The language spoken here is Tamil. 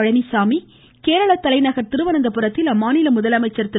பழனிச்சாமி கேரள தலைநகர் திருவனந்தபுரத்தில் அம்மாநில முதலமைச்சர் திரு